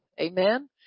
Amen